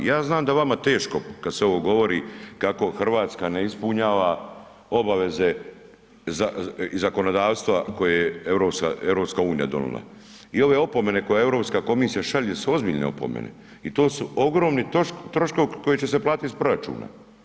Ja znam da je ovo vama teško kada se govori kako Hrvatska ne ispunjava obaveze iz zakonodavstva koje je EU donijela i ove opomene koje Europska komisija šalje su ozbiljne opomene i to su ogromni troškovi koji će se platiti iz proračuna.